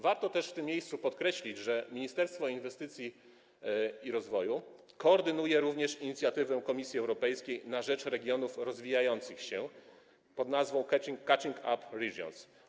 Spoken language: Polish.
Warto też w tym miejscu podkreślić, że Ministerstwo Inwestycji i Rozwoju koordynuje również inicjatywę Komisji Europejskiej na rzecz regionów rozwijających się pod nazwą Catching-up Regions.